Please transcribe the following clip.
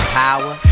power